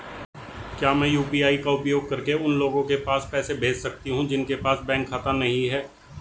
क्या मैं यू.पी.आई का उपयोग करके उन लोगों के पास पैसे भेज सकती हूँ जिनके पास बैंक खाता नहीं है?